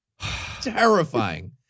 Terrifying